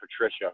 Patricia